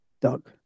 Doug